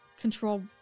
Control